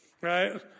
right